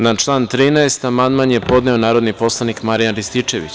Na član 13. amandman je podneo narodni poslanik Marijan Rističević.